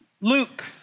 Luke